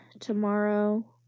tomorrow